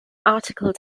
article